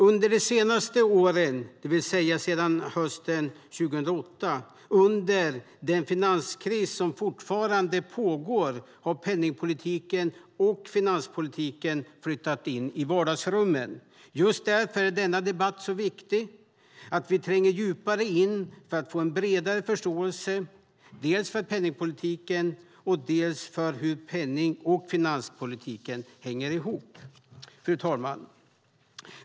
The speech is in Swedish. Under de senaste åren, det vill säga sedan hösten 2008, under den finanskris som fortfarande pågår, har penningpolitiken och finanspolitiken flyttat in i vardagsrummen. Just därför är denna debatt så viktig, att vi tränger djupare in för att få en bredare förståelse, dels för penningpolitiken, dels för hur penning och finanspolitiken hänger ihop. Fru talman!